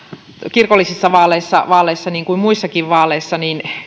kirkollisissa vaaleissa vaaleissa kuin muissakin vaaleissa niin